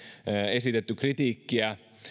esitetty kritiikkiä